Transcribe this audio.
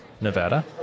Nevada